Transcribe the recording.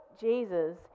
Jesus